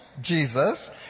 Jesus